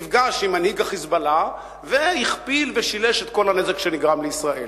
נפגש עם מנהיג ה"חיזבאללה" והכפיל ושילש את כל הנזק שנגרם לישראל.